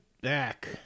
back